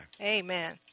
Amen